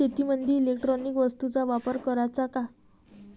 शेतीमंदी इलेक्ट्रॉनिक वस्तूचा वापर कराचा का?